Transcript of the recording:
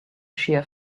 shear